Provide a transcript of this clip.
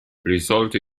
results